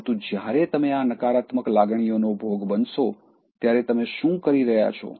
પરંતુ જ્યારે તમે આ નકારાત્મક લાગણીઓનો ભોગ બનશો ત્યારે તમે શું કરી રહ્યાં છો